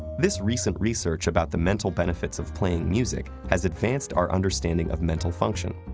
this recent research about the mental benefits of playing music has advanced our understanding of mental function,